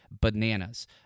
bananas